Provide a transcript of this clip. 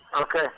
Okay